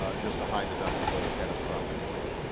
ah just a high-deductible catastrophic plan